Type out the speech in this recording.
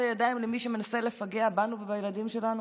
הידיים למי שמנסה לפגע בנו ובילדים שלנו?